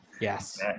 Yes